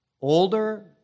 Older